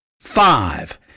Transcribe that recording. Five